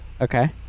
Okay